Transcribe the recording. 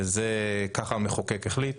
ככה המחוקק החליט.